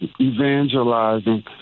evangelizing